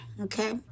okay